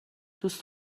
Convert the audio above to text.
دوست